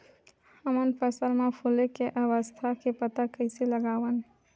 हमन फसल मा फुले के अवस्था के पता कइसे लगावन?